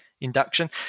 induction